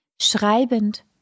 Schreibend